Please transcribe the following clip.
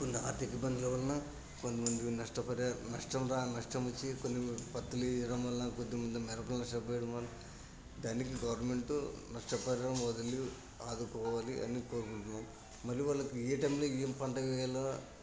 కొన్ని ఆర్థిక ఇబ్బందువలన కొంది మంది నష్ట ప నష్టం రా నష్టం వచ్చి కొన్ని పత్తులు వేయడం వలన కొద్దిమంది దానికి గవర్నమెంటు నష్టపరిహారం వదిలి ఆదుకోవాలి అని కోరుకుంటున్నాం మరి వాళ్ళకి ఏ టైంలో ఏ పంట వేయాలో